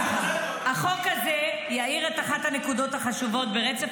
החוק הזה יאיר את אחת הנקודות החשובות ברצף